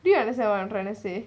ya that's what I'm trying to say